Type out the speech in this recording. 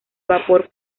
vapor